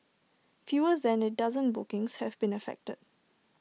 fewer than A dozen bookings have been affected